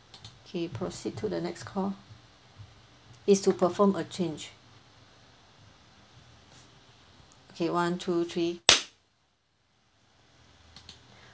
okay proceed to the next call it's to perform a change okay one two three